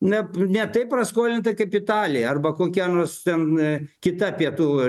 na ne taip praskolinta kaip italija arba kokia nors ten kita pietų